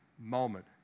moment